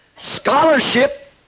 Scholarship